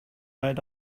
right